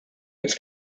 its